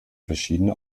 verschiedene